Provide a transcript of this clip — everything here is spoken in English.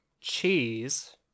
cheese